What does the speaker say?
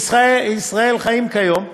בישראל חיים כיום,